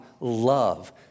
love